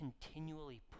continually